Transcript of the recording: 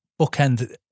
bookend